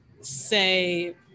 say